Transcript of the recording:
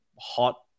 hot